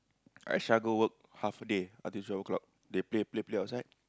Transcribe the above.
Aisyah go work half day until twelve o-clock they play play play outside